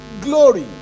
glory